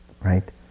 right